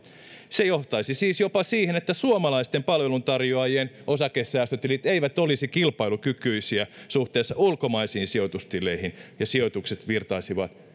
se johtaisi siis jopa siihen että suomalaisten palveluntarjoajien osakesäästötilit eivät olisi kilpailukykyisiä suhteessa ulkomaisiin sijoitustileihin ja sijoitukset virtaisivat